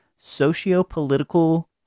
socio-political